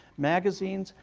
magazines,